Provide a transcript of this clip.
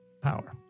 power